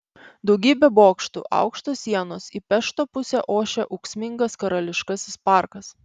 daugybė bokštų aukštos sienos į pešto pusę ošia ūksmingas karališkasis parkas